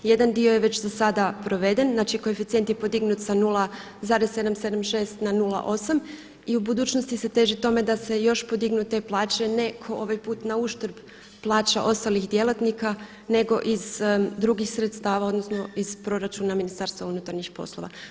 Jedan dio je već zasada proveden, znači koeficijent je podignut sa 0,776 na 0,8 i u budućnosti se teži tome da se još podignu te plaće ne ko ovaj put na uštrb plaća ostalih djelatnika nego iz drugih sredstva odnosno iz proračuna Ministarstva unutarnjih poslova.